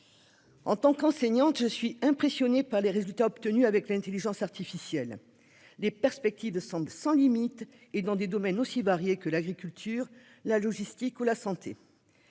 En tant qu'enseignante, je suis impressionnée par les résultats obtenus par le recours à l'intelligence artificielle. Les perspectives semblent sans limites, dans des domaines aussi variés que l'agriculture, la logistique ou la santé.